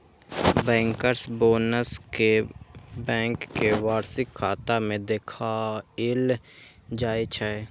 bankers bonus कें bank के वार्षिक खाता मे देखाएल जाइ छै